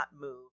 move